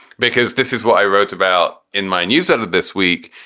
because this is what i wrote about in my newsletter this week,